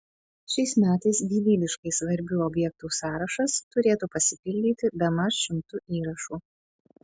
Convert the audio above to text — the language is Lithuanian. šiais metais gyvybiškai svarbių objektų sąrašas turėtų pasipildyti bemaž šimtu įrašų